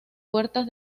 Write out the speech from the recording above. puertas